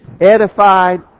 edified